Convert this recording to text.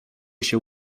się